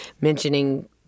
mentioning